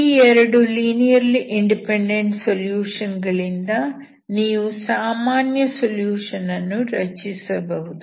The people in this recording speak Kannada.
ಈ 2 ಲೀನಿಯರ್ಲಿ ಇಂಡಿಪೆಂಡೆಂಟ್ ಸೊಲ್ಯೂಷನ್ ಗಳಿಂದ ನೀವು ಸಾಮಾನ್ಯ ಸೊಲ್ಯೂಷನ್ ಅನ್ನು ರಚಿಸಬಹುದು